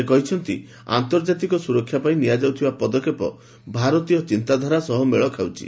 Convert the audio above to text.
ସେ କହିଛନ୍ତି ଆନ୍ତର୍କାତିକ ସ୍ରରକ୍ଷା ପାଇଁ ନିଆଯାଉଥିବା ପଦକ୍ଷେପ ଭାରତୀୟ ଚିନ୍ତାଧାରା ସହ ମେଳ ଖାଉଛି